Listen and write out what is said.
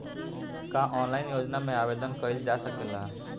का ऑनलाइन योजना में आवेदन कईल जा सकेला?